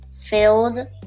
filled